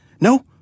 No